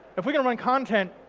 if we can run content,